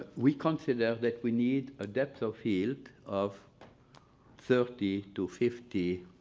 we consider that we need a depth of field of thirty to fifty